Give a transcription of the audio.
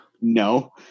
No